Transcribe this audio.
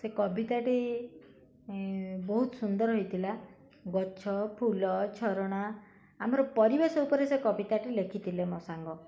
ସେ କବିତାଟି ବହୁତ ସୁନ୍ଦର ହୋଇଥିଲା ଗଛ ଫୁଲ ଝରଣା ଆମର ପରିବେଶ ଉପରେ ସେ କବିତାଟି ଲେଖିଥିଲେ ମୋ ସାଙ୍ଗ